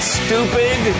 stupid